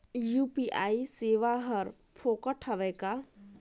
UPI सेवाएं हर फोकट हवय का?